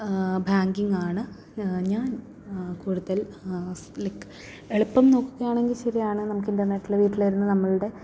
ബാങ്കിങ്ങാണ് ഞാൻ കൂടുതൽ ലൈക് എളുപ്പം നോക്കുകയാണെങ്കിൽ ശരിയാണ് നമുക്ക് ഇന്റർനെറ്റിൽ വീട്ടിലിരുന്ന് നമ്മളുടെ